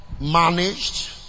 managed